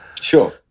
sure